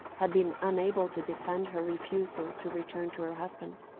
had been unable to defend her refusal to return to her husband.